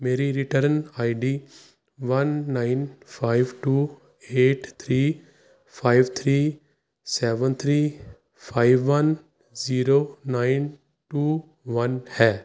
ਮੇਰੀ return ID one nine five two eight three five three seven three five one zero nine two one ਹੈ